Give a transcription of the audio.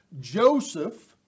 Joseph